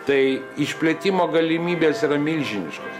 tai išplėtimo galimybės yra milžiniškos